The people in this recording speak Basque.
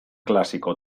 klasiko